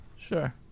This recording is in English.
Sure